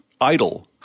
idle